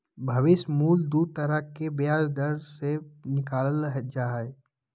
भविष्य मूल्य दू तरह के ब्याज दर से निकालल जा हय